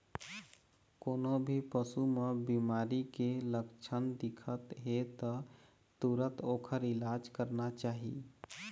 कोनो भी पशु म बिमारी के लक्छन दिखत हे त तुरत ओखर इलाज करना चाही